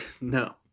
No